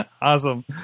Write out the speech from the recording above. Awesome